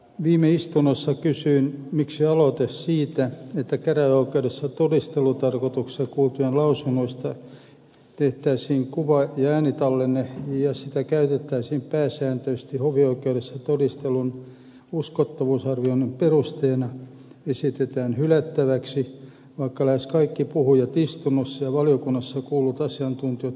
viime istunnossa kysyin miksi aloite siitä että käräjäoikeudessa todistelutarkoituksessa kuultujen lausunnoista tehtäisiin kuva ja äänitallenne ja sitä käytettäisiin pääsääntöisesti hovioikeudessa todistelun uskottavuusarvioinnin perusteena esitetään hylättäväksi vaikka lähes kaikki puhujat istunnossa ja valiokunnassa kuullut asiantuntijat kannattivat sitä